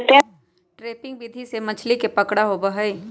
trapping विधि से मछली के पकड़ा होबा हई